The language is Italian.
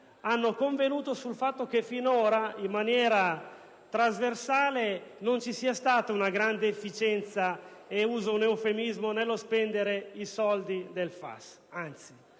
hanno convenuto sul fatto che finora, in maniera trasversale, non c'è stata una grande efficienza - ed uso un eufemismo - nello spendere i soldi del FAS, anzi.